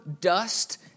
dust